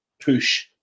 push